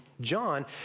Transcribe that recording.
John